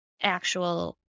actual